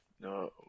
no